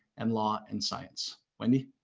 and law and science, wendy.